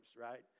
right